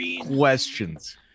questions